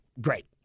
Great